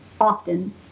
often